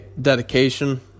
dedication